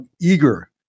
eager